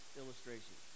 illustration